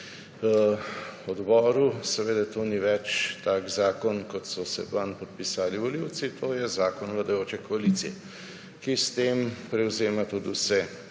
na odboru seveda to ni več tak zakon kot so se vanj podpisali volivci to je zakon vladajoče koalicije, ki s tem prevzema tudi vso